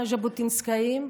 הז'בוטינסקאיים,